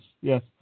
yes